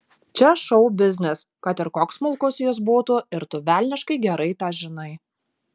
čia šou biznis kad ir koks smulkus jis būtų ir tu velniškai gerai tą žinai